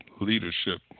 leadership